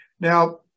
Now